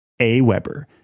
Aweber